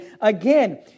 Again